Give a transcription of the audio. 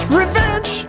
revenge